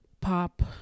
pop